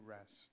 rest